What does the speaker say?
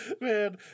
man